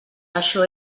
això